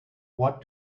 what